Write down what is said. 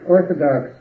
Orthodox